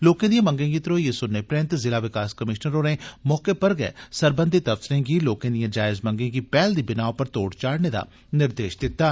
लोकें दिएं मंगें गी धरोइयै सुनने परँत ज़िला विकास कमीषनर होरें मौके पर गै सरबंधत अफसरें गी लोकें दिएं जायज मंगें गी पैह्ल दी बिनाह् पर तोड़ चाढ़ने दा निर्देष दित्ता